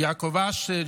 יעקב אשר,